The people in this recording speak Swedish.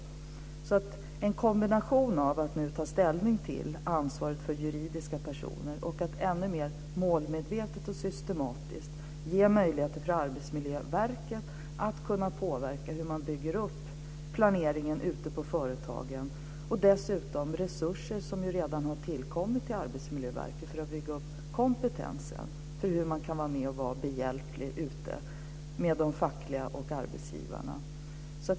Det krävs en kombination av att ta ställning till ansvaret för juridiska personer och av att ännu mer målmedvetet och systematiskt ge möjligheter för Arbetsmiljöverket att påverka planeringen ute på företagen. Arbetsmiljöverket har redan tilldelats resurser för att man ska arbeta med frågan hur man bygger upp kompetensen, hur man kan vara behjälplig ute bland de fackliga företrädarna och arbetsgivarna.